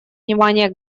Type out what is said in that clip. внимания